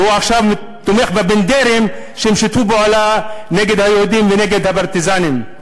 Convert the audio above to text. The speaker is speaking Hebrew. והוא עכשיו תומך בבנדרים ששיתפו פעולה נגד היהודים ונגד הפרטיזנים.